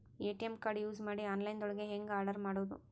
ATM card use ಮಾಡಿ online ದೊಳಗೆ ಹೆಂಗ್ ಆರ್ಡರ್ ಮಾಡುದು?